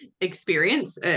experience